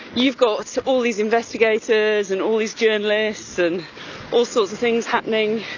you've got so all these investigators and all these journalists and all sorts of things happening.